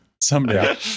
Someday